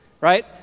Right